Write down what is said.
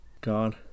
God